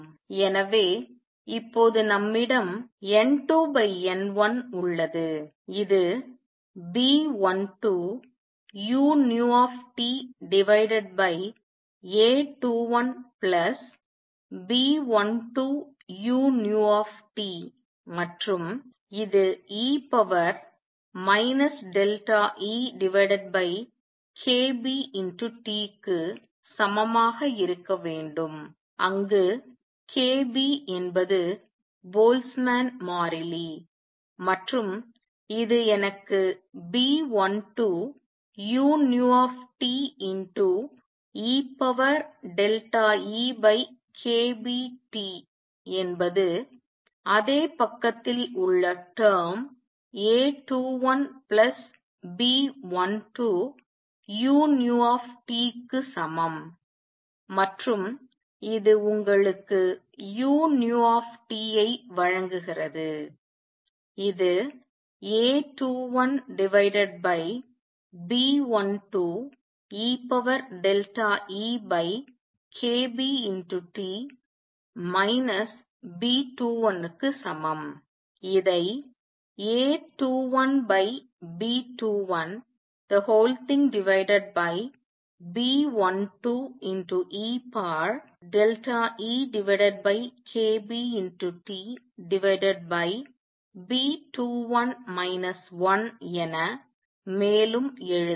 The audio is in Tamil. எனவே இப்போது நம்மிடம் N2N1 உள்ளது இது B12uTA21B12uT மற்றும் இது e EkBT க்கு சமமாக இருக்க வேண்டும் அங்கு kB என்பது போல்ட்ஜ்மேன் மாறிலி மற்றும் இது எனக்கு B12uTeEkBT என்பது அதே பக்கத்தில் உள்ள term A21B12uT ற்கு சமம் மற்றும் இது உங்களுக்கு uT ஐ வழங்குகிறது இது A21B12eEkBT B21 க்கு சமம் இதை A21B21B12eEkBTB21 1 என மேலும் எழுதலாம்